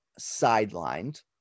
sidelined